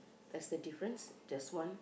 there's a difference just one